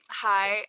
hi